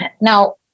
Now